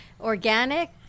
Organic